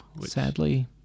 Sadly